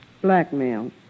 Blackmail